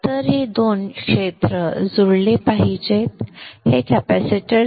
तर हे दोन क्षेत्र जुळले पाहिजेत हे कॅपेसिटरसाठी आहे